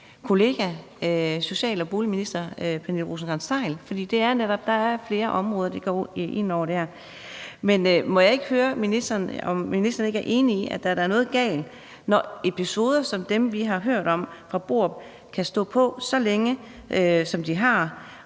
kollega social- og boligministeren, for der er netop flere områder, det går ind over dér. Men må jeg ikke høre ministeren, om ministeren ikke er enig i, at der da er noget galt, når episoder som dem, vi har hørt om i Borup, kan stå på så længe, som de har.